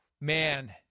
man